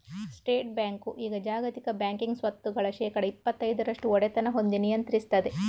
state bank ಈಗ ಜಾಗತಿಕ banking ಸ್ವತ್ತುಗಳ ಶೇಕಡಾ ಇಪ್ಪತೈದರಷ್ಟು ಒಡೆತನ ಹೊಂದಿ ನಿಯಂತ್ರಿಸ್ತದೆ